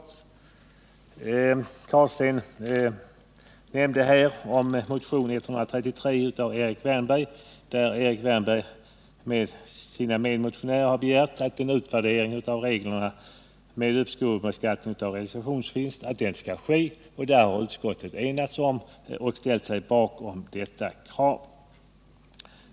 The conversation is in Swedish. Rune Carlstein nämnde motionen 133 av Erik Wärnberg m.fl., där man begärt att en utvärdering av reglerna om uppskov med beskattning av realisationsvinst skall ske. Utskottet har enats om att ställa sig bakom detta krav.